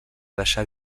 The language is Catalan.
deixar